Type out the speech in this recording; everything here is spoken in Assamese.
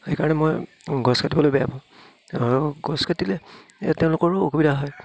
সেইকাৰণে মই গছ কাটিবলৈ বেয়া পাওঁ আৰু গছ কাটিলে তেওঁলোকৰো অসুবিধা হয়